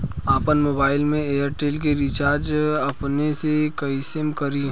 आपन मोबाइल में एयरटेल के रिचार्ज अपने से कइसे करि?